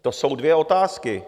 To jsou dvě otázky.